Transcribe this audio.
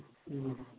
ꯎꯝ